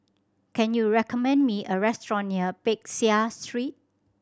can you recommend me a restaurant near Peck Seah Street